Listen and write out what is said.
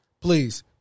Please